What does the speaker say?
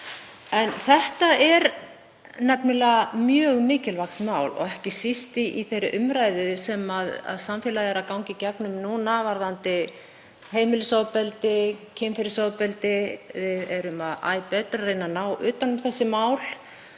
En þetta er nefnilega mjög mikilvægt mál og ekki síst í þeirri umræðu sem samfélagið er að ganga í gegnum varðandi heimilisofbeldi, kynferðisofbeldi. Við erum æ betur að reyna að ná utan um slík mál